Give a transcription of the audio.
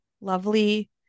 lovely